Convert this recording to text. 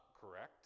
correct